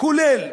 כולל,